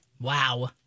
Wow